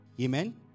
Amen